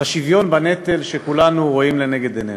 השוויון בנטל שכולנו רואים לנגד עינינו,